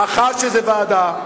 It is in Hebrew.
האחת, שזו ועדה.